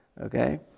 Okay